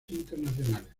internacionales